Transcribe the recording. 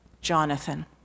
Jonathan